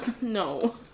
no